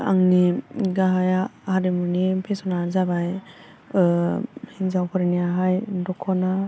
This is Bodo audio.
आंनि गाहायआ आरिमुनि फेसना जाबाय हिनजावफोरनियाहाय दख'ना